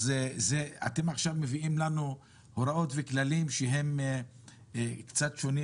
אז אתם עכשיו מביאים לנו הוראות וכללים שהם קצת שונים